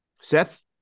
Seth